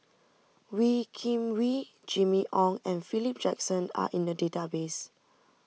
Wee Kim Wee Jimmy Ong and Philip Jackson are in the database